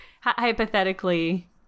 hypothetically